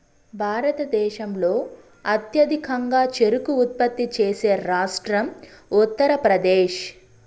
భారతదేశంలో అత్యధికంగా చెరకు ఉత్పత్తి చేసే రాష్ట్రం ఉత్తరప్రదేశ్